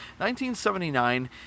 1979